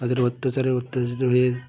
তাদের অত্যাচারে অত্যাচারিত হয়ে